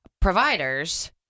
providers